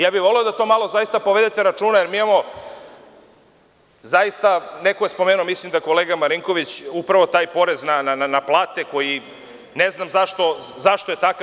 Ja bih voleo da malo povedete računa, jer mi imamo, neko je spomenuo, mislim da je kolega Marinković, upravo taj porez na plate, koji ne znam zašto je takav.